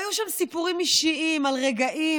והיו שם סיפורים אישיים על רגעים,